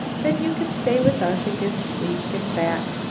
then you can stay with us and get sleek and fat.